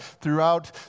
throughout